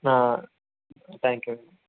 thank you